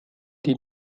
die